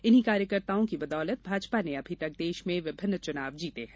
इन्हीं कार्यकर्ताओं की बदौलत भाजपा ने अभी तक देश में विभिन्न चुनाव जीते हैं